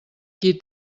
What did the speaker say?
qui